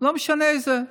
לא משנה איזה.